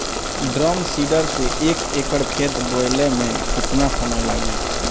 Drum seeder से एक एकड़ खेत बोयले मै कितना समय लागी?